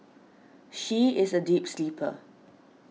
she is a deep sleeper